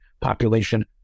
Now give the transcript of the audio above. population